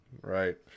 Right